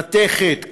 מתכת,